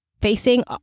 facing